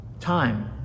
Time